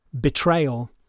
betrayal